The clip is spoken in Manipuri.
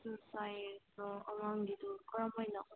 ꯁꯨꯁ ꯁꯥꯏꯖꯇꯣ ꯑꯉꯥꯡꯒꯤꯗꯣ ꯀꯔꯝ ꯍꯥꯏꯅ